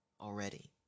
already